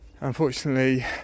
unfortunately